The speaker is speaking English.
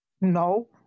No